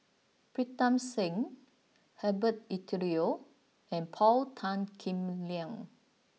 Pritam Singh Herbert Eleuterio and Paul Tan Kim Liang